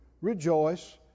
rejoice